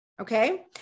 Okay